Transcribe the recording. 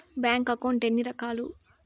bank account ఎన్ని రకాలు